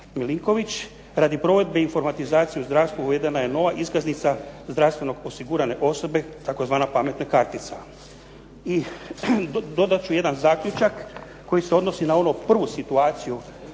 Milinković radi provedbe informatizacije u zdravstvu uvedena je nova iskaznica zdravstveno osigurane osobe tzv. pametna kartica. I dodat ću jedan zaključak koji se odnosi na onu prvu situaciju